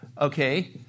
okay